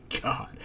God